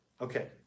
Okay